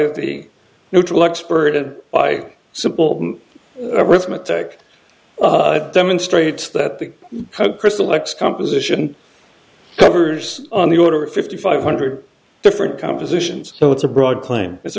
the neutral experted by simple arithmetic demonstrates that the crystal x composition covers on the order of fifty five hundred different compositions so it's a broad claim it's